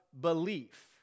belief